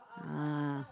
ah